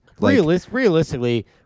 Realistically